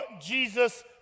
Jesus